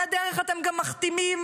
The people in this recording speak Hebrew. על הדרך אתם גם מכתימים